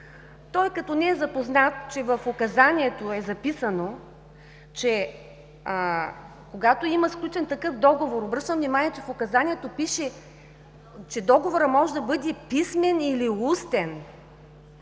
той като не е запознат, че указанието е записано, че когато има сключен такъв договор – обръщам внимание, че в указанието пише, че договорът може да бъде писмен или устен